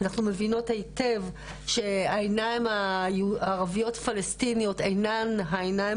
אנחנו מבינות היטב שהעיניים הערביות פלסטיניות אינן העיניים